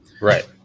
Right